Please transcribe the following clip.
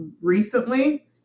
recently